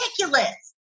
ridiculous